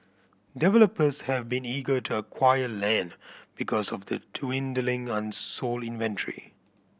developers have been eager to acquire land because of the dwindling unsold inventory